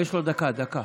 יש לו דקה, דקה.